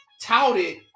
touted